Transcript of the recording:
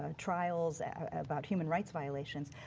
um trials about human rights violations.